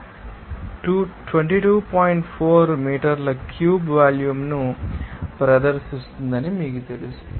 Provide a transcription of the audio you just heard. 4 మీటర్ల క్యూబ్ వాల్యూమ్ను ప్రదర్శిస్తుందని మీకు తెలుసు